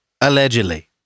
Allegedly